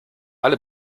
alle